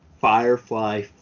Firefly